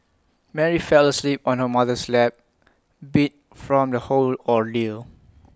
Mary fell asleep on her mother's lap beat from the whole ordeal